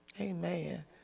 Amen